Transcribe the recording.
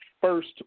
first